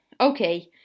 okay